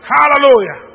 Hallelujah